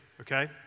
okay